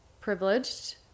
privileged